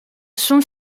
son